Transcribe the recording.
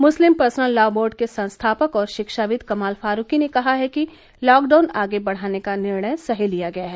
मुस्लिम personal law board के संस्थापक और शिक्षाविद कमाल फारूकी ने कहा है कि लॉकडाउन आगे बढाने का निर्णय सही लिया गया है